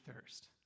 thirst